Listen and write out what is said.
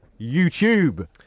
YouTube